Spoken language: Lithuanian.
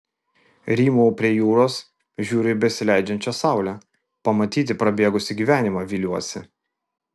rymau prie jūros žiūriu į besileidžiančią saulę pamatyti prabėgusį gyvenimą viliuosi